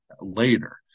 later